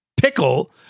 pickle